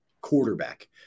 quarterback